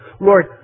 Lord